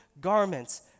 garments